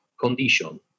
condition